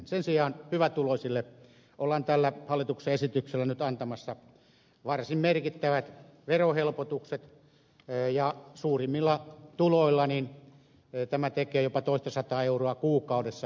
sen sijaan hyvätuloisille ollaan tällä hallituksen esityksellä nyt antamassa varsin merkittävät verohelpotukset ja suurimmilla tuloilla tämä tekee jopa toistasataa euroa kuukaudessa puhtaana käteen